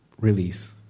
release